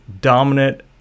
dominant